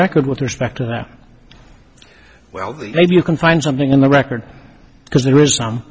record with respect to that well the maybe you can find something in the record because there is